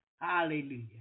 Hallelujah